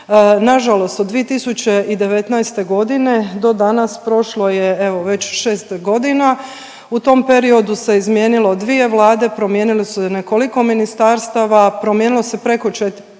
Nažalost od 2019. do danas prošlo je, evo već 6 godina. U tom periodu se izmijenilo 2 vlade, promijenilo se nekoliko ministarstava, promijenilo se preko 4,